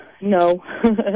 no